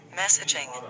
messaging